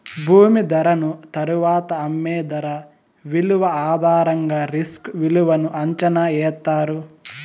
భూమి ధరను తరువాత అమ్మే ధర విలువ ఆధారంగా రిస్క్ విలువను అంచనా ఎత్తారు